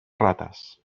rates